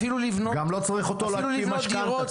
גם לא צריך אותו להקפיא משכנתה,